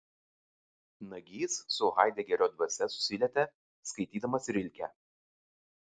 nagys su haidegerio dvasia susilietė skaitydamas rilkę